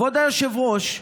כבוד היושב-ראש,